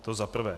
To za prvé.